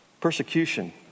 Persecution